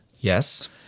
Yes